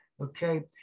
Okay